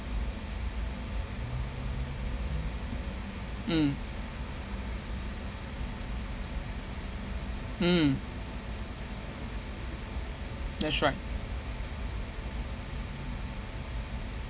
mm mm that's right